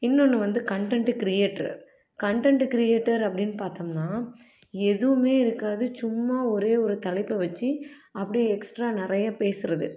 இன்னொன்று வந்து content creator content creator அப்படின்னு பார்த்தோம்னா எதுவுமே இருக்காது சும்மா ஒரே ஒரு தலைப்பை வச்சு அப்படியே எக்ஸ்ட்ரா நிறைய பேசுறது